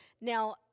Now